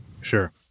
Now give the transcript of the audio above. Sure